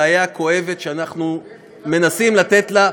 בעיה כואבת שאנחנו מנסים לתת לה,